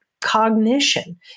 Cognition